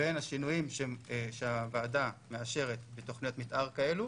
בין השינויים שהוועדה מאשרת בתוכניות מתאר כאלו